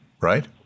right